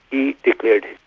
he declared